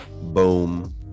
boom